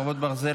חרבות ברזל),